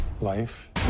Life